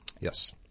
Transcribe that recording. Yes